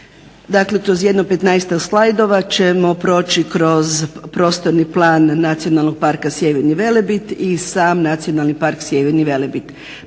Dakle kroz jedno petnaestak slajdova ćemo proći kroz Prostorni plan Nacionalnog parka Sjeverni Velebit i sam Nacionalni park Sjeverni Velebit.